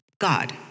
God